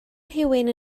rhywun